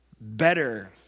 better